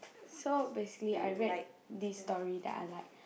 so basically I read this story that I like